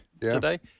today